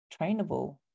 trainable